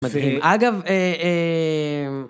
מזהים, אגב, אההההההההההההה